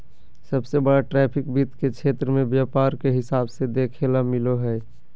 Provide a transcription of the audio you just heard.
सबसे बड़ा ट्रैफिक वित्त के क्षेत्र मे व्यापार के हिसाब से देखेल मिलो हय